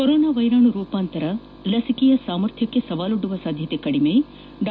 corona ವ್ಲೆರಾಣು ರೂಪಾಂತರ ಲಸಿಕೆಯ ಸಾಮರ್ಥ್ಲಕ್ಷೆ ಸವಾಲೊಡ್ಡುವ ಸಾಧ್ಯತೆ ಕಡಿಮೆ ಡಾ